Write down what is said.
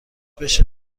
بشه